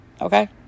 okay